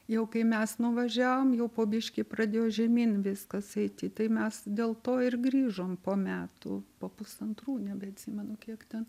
jau kai mes nuvažiavom jau po biškį pradėjo žemyn viskas eiti tai mes dėl to ir grįžom po metų po pusantrų nebeatsimenu kiek ten